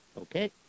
Okay